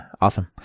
Awesome